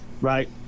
right